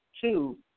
two